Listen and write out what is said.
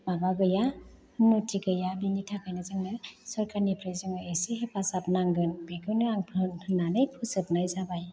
माबा गैया उन्नथि गैया बेनि थाखायनो जोङो सरखारनिफ्राय जोङो एसे हेफाजाब नांगोन बेखौनो आं होन्नानै फोजोबनाय जाबाय